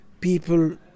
people